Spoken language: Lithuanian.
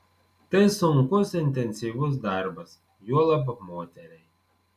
tai sunkus intensyvus darbas juolab moteriai